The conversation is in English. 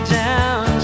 down